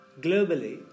globally